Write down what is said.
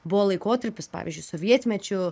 buvo laikotarpis pavyzdžiui sovietmečiu